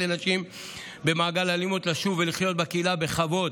לנשים במעגל אלימות לשוב ולחיות בקהילה בכבוד,